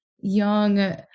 young